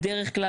בדרך כלל,